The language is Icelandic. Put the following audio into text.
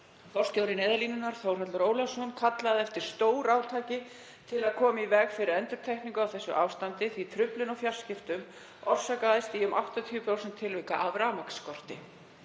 Forstjóri Neyðarlínunnar, Þórhallur Ólafsson, kallaði eftir stórátaki til að koma í veg fyrir endurtekningu á þessu ástandi því truflun á fjarskiptum orsakaðist í um 80% tilvika af rafmagnsskorti.